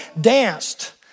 danced